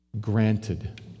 granted